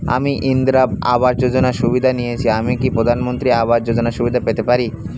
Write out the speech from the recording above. আমি ইন্দিরা আবাস যোজনার সুবিধা নেয়েছি আমি কি প্রধানমন্ত্রী আবাস যোজনা সুবিধা পেতে পারি?